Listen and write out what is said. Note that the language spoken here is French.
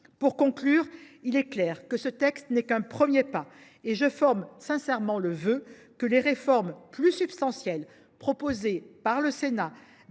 Pour conclure, il est clair que ce texte n’est qu’un premier pas. Je forme le vœu que les réformes plus substantielles proposées par le Sénat,